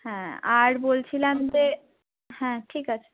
হ্যাঁ আর বলছিলাম যে হ্যাঁ ঠিক আছে